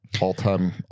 All-time